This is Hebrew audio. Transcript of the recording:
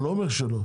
אני לא אומר שלא,